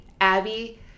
Abby